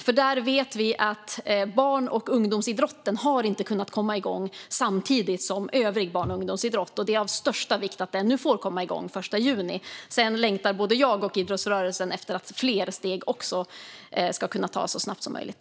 Vi vet att barn och ungdomsidrotten där inte har kunnat komma igång samtidigt som övrig barn och ungdomsidrott, och det är av största vikt att den nu får komma igång den 1 juni. Sedan längtar både jag och idrottsrörelsen efter att fler steg ska kunna tas så snabbt som möjligt.